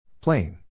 Plain